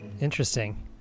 Interesting